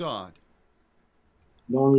God